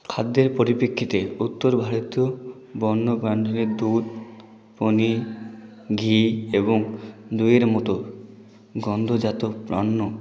খাদ্যের পরিপেক্ষিতে উত্তর ভারতীয় বন্য প্রাণীদের দুধ পনির ঘি এবং দইয়ের মতো গন্ধজাত পণ্য